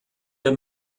der